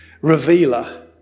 revealer